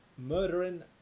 Murdering